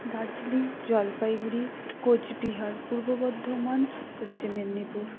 Darjeeling Jalpaiguri Cooch Behar Purba Bardhaman Paschim Medinipur